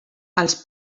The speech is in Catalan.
els